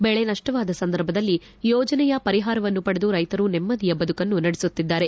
ಬೆಳೆ ನಷ್ಟವಾದ ಸಂದರ್ಭದಲ್ಲಿ ಯೋಜನೆಯ ಪರಿಹಾರವನ್ನು ಪಡೆದು ರೈತರು ನೆಮ್ಮದಿಯ ಬದುಕನ್ನು ನಡೆಸುತ್ತಿದ್ದಾರೆ